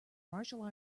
martial